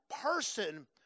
person